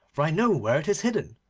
for i know where it is hidden,